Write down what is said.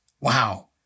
Wow